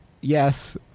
yes